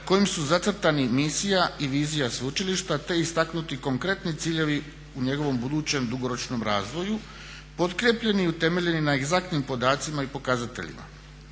kojim su zacrtani misija i vizija sveučilišta te istaknuti konkretni ciljevi u njegovom budućem dugoročnom razvoju potkrijepljeni i utemeljeni na egzaktnim podacima i pokazateljima.